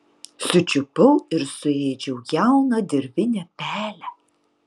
sučiupau ir suėdžiau jauną dirvinę pelę